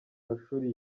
mashuri